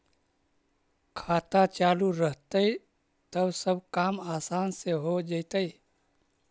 खाता चालु रहतैय तब सब काम आसान से हो जैतैय?